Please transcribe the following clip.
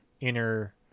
inner